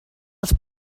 els